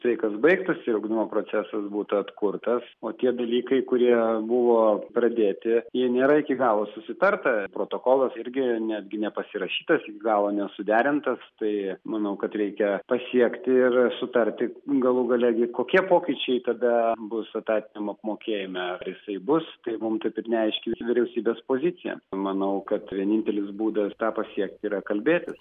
streikas baigtųsi ir ugdymo procesas būtų atkurtas o tie dalykai kurie buvo pradėti jei nėra iki galo susitarta protokolas irgi netgi nepasirašytas iki galo nesuderintas tai manau kad reikia pasiekti ir sutarti galų gale gi kokie pokyčiai tada bus etatiniam apmokėjime jisai bus tai mum taip ir neaiški vyriausybės pozicija manau kad vienintelis būdas tą pasiekti yra kalbėtis